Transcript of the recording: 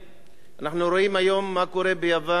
אנחנו רואים היום מה קורה ביוון וספרד.